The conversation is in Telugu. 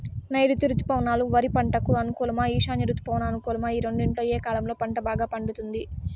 నైరుతి రుతుపవనాలు వరి పంటకు అనుకూలమా ఈశాన్య రుతుపవన అనుకూలమా ఈ రెండింటిలో ఏ కాలంలో పంట బాగా పండుతుంది?